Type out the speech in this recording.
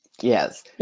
yes